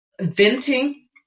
venting